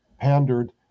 pandered